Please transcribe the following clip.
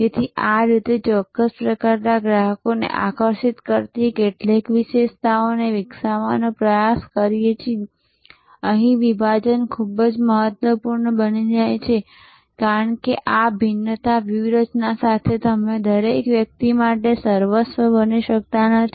તેથી આ રીતે અમે ચોક્કસ પ્રકારના ગ્રાહકોને આકર્ષિત કરતી કેટલીક વિશેષતાઓને વિકસાવવાનો પ્રયાસ કરીએ છીએ અહીં વિભાજન ખૂબ જ મહત્વપૂર્ણ બની જાય છે કારણ કે આ ભિન્નતા વ્યૂહરચના સાથે તમે દરેક વ્યક્તિ માટે સર્વસ્વ બની શકતા નથી